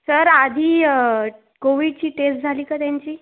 sir आधी कोविळची test झाली का त्यांची